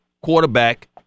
quarterback